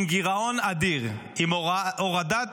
עם גירעון אדיר, עם הורדת